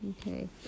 okay